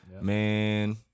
Man